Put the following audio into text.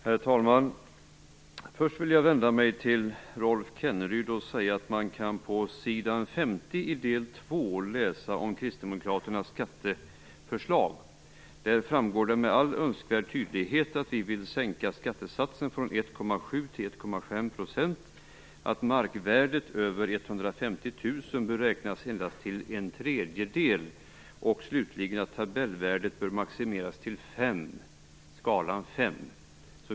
Herr talman! Först vänder jag mig till Rolf Kenneryd. På s. 50 i finansutskottets betänkande del 2 kan man läsa om Kristdemokraternas skatteförslag. Där framgår det med all önskvärd tydlighet att vi vill sänka skattesatsen från 1,7 % till 1,5 %, att markvärde över 150 000 kr bör räknas endast till en tredjedel och att tabellvärdet bör maximeras till skalan 5.